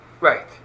Right